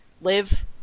live